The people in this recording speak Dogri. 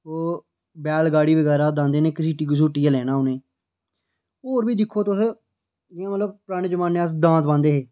ओह् बैलगाड़ी दांदै कन्नै घसीटियै लैना उ'नें गी होर बी दिक्खो तुस पराैने जमानै च अस दांद बांह्दे हे